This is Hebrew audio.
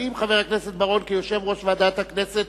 האם חבר הכנסת בר-און, כיושב-ראש ועדת הכנסת